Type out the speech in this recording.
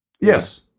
Yes